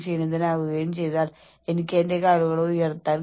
ഈ തൊഴിലുകളിലുള്ള ആളുകൾക്ക് സുബോധമുള്ളവരായി തുടരുന്നത് വളരെ ബുദ്ധിമുട്ടായിരിക്കണം